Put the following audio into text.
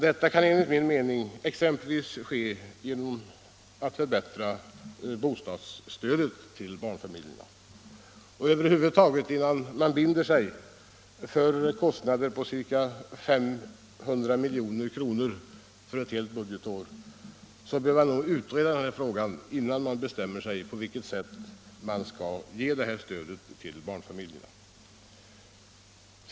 Detta kan enligt min mening bäst ske genom exempelvis ett förbättrat bostadsstöd till barnfamiljerna. Skall man över huvud taget binda sig för en kostnad av ca 500 milj.kr. för ett budgetår, så bör man nog utreda frågan först, innan man bestämmer sig för på vilket sätt man skall ge detta stöd åt barnfamiljerna.